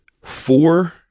four